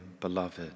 beloved